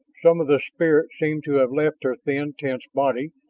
some of the spirit seemed to have left her thin, tense body,